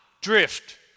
drift